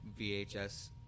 VHS